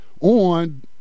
on